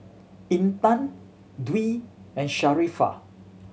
Intan Dwi and Sharifah